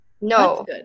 No